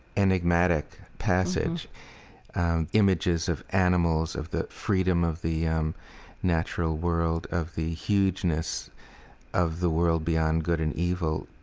enigmatic passage images of animals, of the freedom of the um natural world, of the hugeness of the world beyond good and evil,